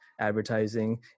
advertising